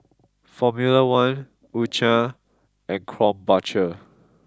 formula one Ucha and Krombacher